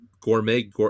gourmet